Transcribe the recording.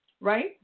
right